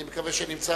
אני מקווה שנמצא פתרון,